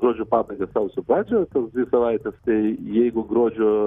gruodžio pabaigą sausio pradžią va tos dvi savaitės tai jeigu gruodžio